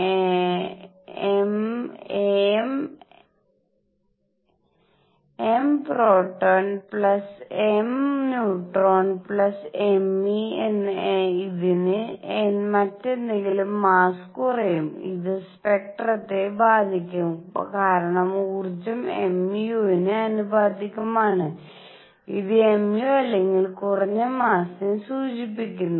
എm proton plus m neutron me ഇതിന് മറ്റെന്തെങ്കിലും mass കുറയും അത് സ്പെക്ട്രത്തെ ബാധിക്കും കാരണം ഊർജം mu ന് ആനുപാതികമാണ് ഇത് mu അല്ലെങ്കിൽ കുറഞ്ഞ മാസ്സ്നെ സൂചിപ്പിക്കുന്നു